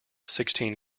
sixteen